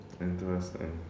interesting